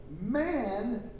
Man